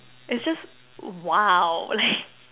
it's just !wow! like